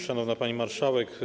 Szanowna Pani Marszałek!